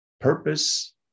purpose